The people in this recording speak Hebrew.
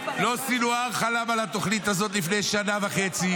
לא סנוואר חלם על התוכנית הזו לפני שנה וחצי,